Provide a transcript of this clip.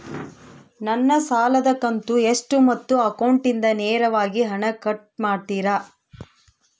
ನನ್ನ ಸಾಲದ ಕಂತು ಎಷ್ಟು ಮತ್ತು ಅಕೌಂಟಿಂದ ನೇರವಾಗಿ ಹಣ ಕಟ್ ಮಾಡ್ತಿರಾ?